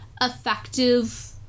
effective